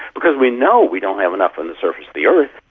because we know we don't have enough on the surface of the earth.